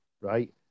right